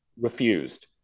refused